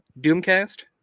doomcast